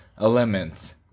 Elements